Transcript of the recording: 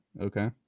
okay